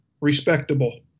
respectable